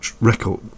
record